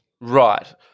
Right